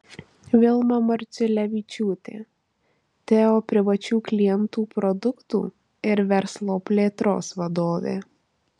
vilma marciulevičiūtė teo privačių klientų produktų ir verslo plėtros vadovė